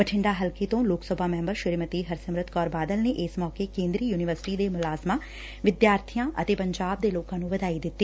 ਬਠੰਡਾ ਹਲਕੇ ਤੋਂ ਲੋਕ ਸਭਾ ਮੈਂਬਰ ਸ੍ਰੀਮਤੀ ਹਰਸਿਮਰਤ ਕੌਰ ਬਾਦਲ ਨੇ ਇਸ ਮੌਕੇ ਕੇਂਦਰੀ ਯੁਨੀਵਰਸਿਟੀ ਦੇ ਮੁਲਾਜ਼ਮਾਂ ਵਿਦਿਆਰਥੀਆਂ ਅਤੇ ਪੰਜਾਬ ਦੇ ਲੋਕਾਂ ਨੂੰ ਵਧਾਈ ਦਿੱਤੀ